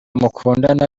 mukundana